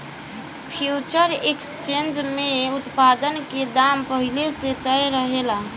future exchange में उत्पाद के दाम पहिल से तय रहेला